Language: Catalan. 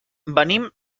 venim